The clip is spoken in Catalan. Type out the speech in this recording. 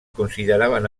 consideraven